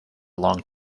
long